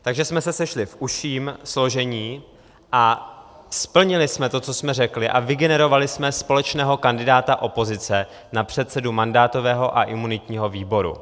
Takže jsme se sešli v užším složení a splnili jsme to, co jsme řekli, a vygenerovali jsme společného kandidáta opozice na předsedu mandátového a imunitního výboru.